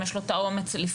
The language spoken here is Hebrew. אם יש לו את האומץ לפנות.